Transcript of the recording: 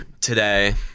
today